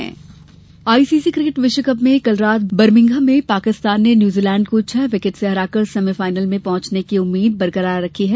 cricket ICC cricket विश्वकप में कल रात बर्मिंघम में पाकिस्तान ने न्यूजीलैंड को छह विकेट से हराकर सेमीफाइनल में पहंचने की अपनी उम्मीद बरकरार रखी है